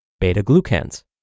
beta-glucans